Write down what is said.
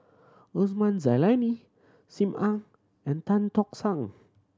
Osman Zailani Sim Ann and Tan Tock San